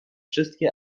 wszystkie